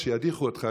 כשידיחו אותך,